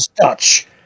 Dutch